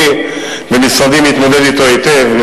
אני במשרדי מתמודד אתו היטב,